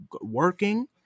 working